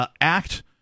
Act